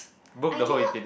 are you not